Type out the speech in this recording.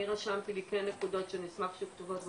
אני רשמתי לי כן נקודות שאני אשמח שיהיו כתובות בפרוטוקול,